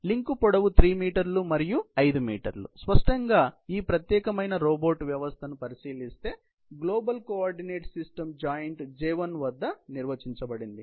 link పొడవు 3 మీటర్లు మరియు 5 మీటర్లు స్పష్టంగా ఈ ప్రత్యేకమైన రోబోట్ వ్యవస్థను పరిశీలిస్తే global coordinate system joint J1 వద్ద నిర్వచించబడింది